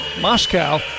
Moscow